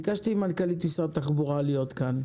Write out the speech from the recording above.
ביקשתי ממנכ"לית משרד התחבורה להיות כאן.